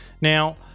now